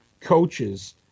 coaches